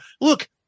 Look